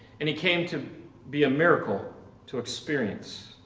and he came to be a miracle to experience.